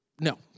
no